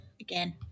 again